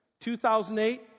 2008